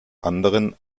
anderen